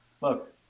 look